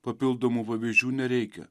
papildomų pavyzdžių nereikia